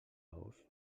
ous